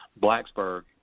Blacksburg